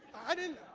i didn't,